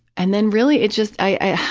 and then really, it just, i,